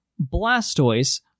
Blastoise